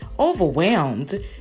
overwhelmed